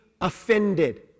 offended